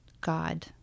God